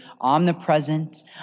omnipresent